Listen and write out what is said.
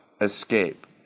escape